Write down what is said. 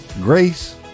grace